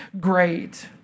great